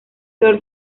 flor